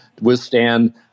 withstand